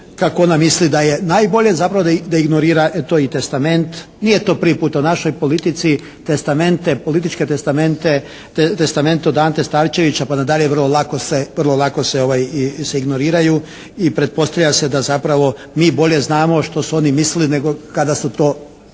kako ona misli da je najbolje. Zapravo da ignorira to i testament. Nije to prvi puta u našoj politici, testamente, političke testamente, testament od Ante Starčevića pa nadalje vrlo lako se, vrlo lako se ignoriraju i pretpostavlja se da zapravo mi bolje znamo što su oni mislili nego kada su to, kad